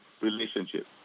relationship